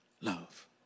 love